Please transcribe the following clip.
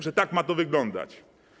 Czy tak ma to wyglądać?